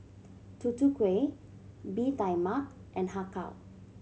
Tutu Kueh Bee Tai Mak and Har Kow